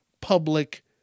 public